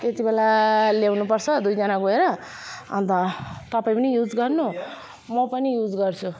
त्यति बेला ल्याउनु पर्छ दुईजना गएर अन्त तपाईँ पनि युज गर्नु म पनि युज गर्छु